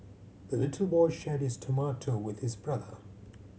the little boy shared his tomato with his brother